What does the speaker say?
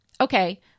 Okay